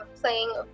playing